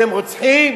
שהם רוצחים?